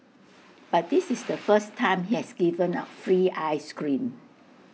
but this is the first time he has given out free Ice Cream